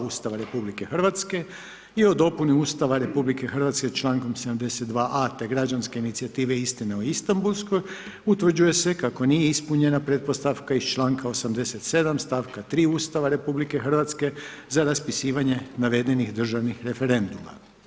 Ustava RH i o dopuni Ustava RH člankom 72. a te građanske inicijative „Istina o Istanbulskoj“, utvrđuje se kako nije ispunjena pretpostavka iz članka 87. stavka 3. Ustava RH za raspisivanje navedenih državnih referenduma.